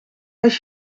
als